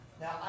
Now